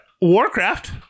Warcraft